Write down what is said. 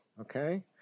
okay